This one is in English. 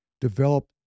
develop